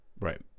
right